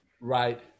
right